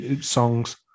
songs